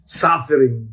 suffering